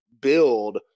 build